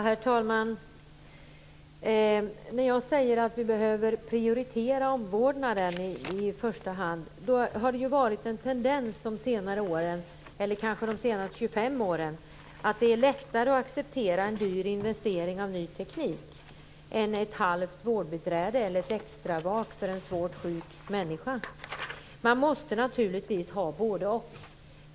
Herr talman! Jag säger att vi behöver prioritera omvårdnaden i första hand. Det har varit en tendens de senaste 25 åren att det är lättare att acceptera en dyr investering i ny teknik än ett halvt vårdbiträde eller ett extravak för en svårt sjuk människa. Man måste naturligtvis ha både-och.